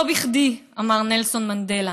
לא בכדי אמר נלסון מנדלה